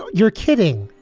ah you're kidding.